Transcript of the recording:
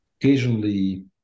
occasionally